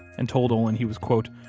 and told olin he was, quote,